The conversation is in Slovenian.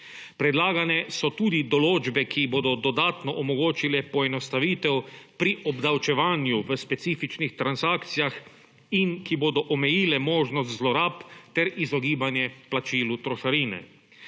Predlagane so tudi določbe, ki bodo dodatno omogočile poenostavitev pri obdavčevanju v specifičnih transakcijah in ki bodo omejile možnost zlorab, ter izogibanje plačilu trošarine.